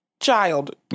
child